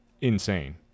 insane